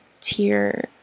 tier